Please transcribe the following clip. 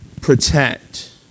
protect